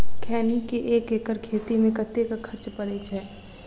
खैनी केँ एक एकड़ खेती मे कतेक खर्च परै छैय?